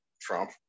Trump